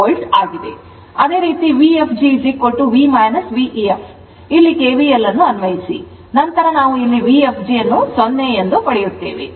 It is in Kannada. ಅದೇ ರೀತಿ Vfgv V ef ಇಲ್ಲಿ kvl ಅನ್ನು ಅನ್ವಯಿಸಿ ನಂತರ ನಾವು ಇಲ್ಲಿ Vfg ಅನ್ನು 0 ಎಂದು ಪಡೆಯುತ್ತೇವೆ